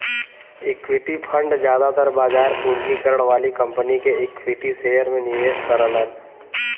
equity fund जादातर बाजार पूंजीकरण वाली कंपनी के इक्विटी शेयर में निवेश करलन